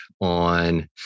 on